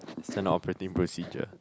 Standard operating procedure